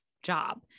job